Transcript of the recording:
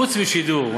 חוץ משידור,